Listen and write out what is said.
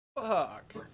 Fuck